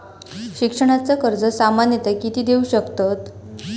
शिक्षणाचा कर्ज सामन्यता किती देऊ शकतत?